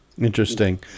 Interesting